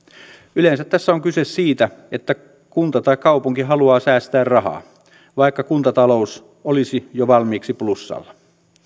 yleensä tässä on kyse siitä että kunta tai kaupunki haluaa säästää rahaa vaikka kuntatalous olisi jo valmiiksi plussalla